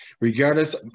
Regardless